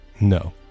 No